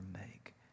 make